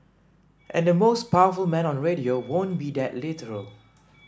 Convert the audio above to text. and the most powerful man on radio won't be that literal